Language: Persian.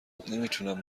نمیتونم